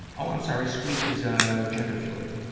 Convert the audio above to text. and so i'm sorry squeak is, ah, gender-fluid.